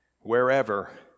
wherever